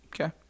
Okay